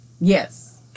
Yes